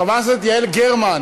חברת הכנסת יעל גרמן,